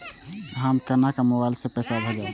हम केना मोबाइल से पैसा भेजब?